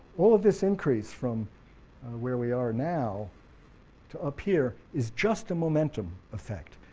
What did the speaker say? all of this increase, from where we are now to up here, is just a momentum effect,